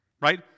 Right